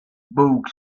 book